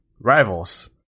rivals